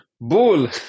bull